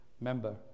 member